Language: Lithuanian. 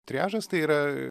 triažas tai yra